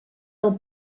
del